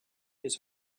his